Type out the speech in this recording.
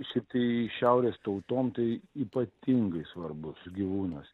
šiaip tai šiaurės tautom tai ypatingai svarbus gyvūnas